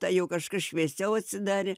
tai jau kažkas šviesiau atsidarė